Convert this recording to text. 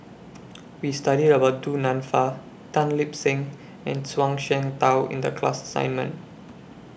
We studied about Du Nanfa Tan Lip Seng and Zhuang Shengtao in The class assignment